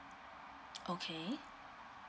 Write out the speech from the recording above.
okay